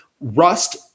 Rust